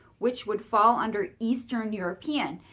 which would fall under eastern european.